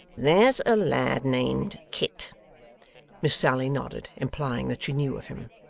there's a lad named kit miss sally nodded, implying that she knew of him.